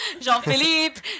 Jean-Philippe